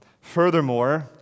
Furthermore